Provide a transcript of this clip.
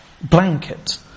blanket